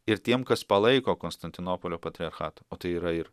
ir tiem kas palaiko konstantinopolio patriarchatą o tai yra ir